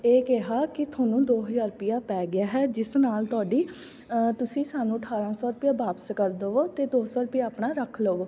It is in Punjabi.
ਇਹ ਕਿਹਾ ਕਿ ਤੁਹਾਨੂੰ ਦੋ ਹਜ਼ਾਰ ਰੁਪਈਆ ਪੈ ਗਿਆ ਹੈ ਜਿਸ ਨਾਲ ਤੁਹਾਡੀ ਤੁਸੀਂ ਸਾਨੂੰ ਅਠਾਰ੍ਹਾਂ ਸੌ ਰੁਪਇਆ ਵਾਪਸ ਕਰ ਦੇਵੋ ਅਤੇ ਦੋ ਸੌ ਰੁਪਇਆ ਆਪਣਾ ਰੱਖ ਲਵੋ